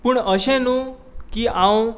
पूण अशें न्हू की हांव